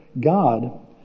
God